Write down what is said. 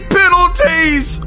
penalties